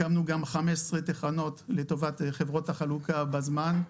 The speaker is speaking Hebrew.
הקמנו גם 15 תחנות לטובת חברות החלוקה, בזמן,